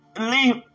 leave